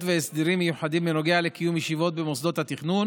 והסדרים מיוחדים בנוגע לקיום ישיבות במוסדות התכנון